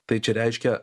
tai čia reiškia